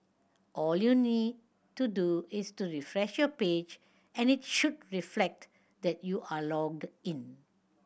all you need to do is to refresh your page and it should reflect that you are logged in